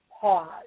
pause